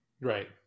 Right